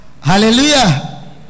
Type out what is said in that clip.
Hallelujah